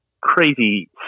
crazy